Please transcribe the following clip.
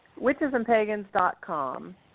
witchesandpagans.com